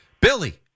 Billy